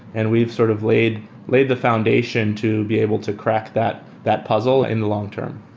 and we've sort of laid laid the foundation to be able to crack that that puzzle in the long-term.